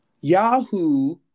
Yahoo